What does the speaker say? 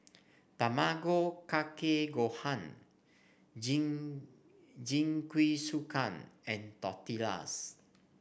Tamago Kake Gohan Jing Jingisukan and Tortillas